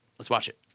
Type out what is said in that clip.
let's watch it.